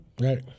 right